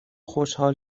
خوشحال